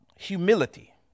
humility